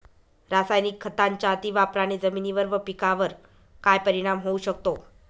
रासायनिक खतांच्या अतिवापराने जमिनीवर व पिकावर काय परिणाम होऊ शकतो?